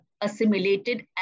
assimilated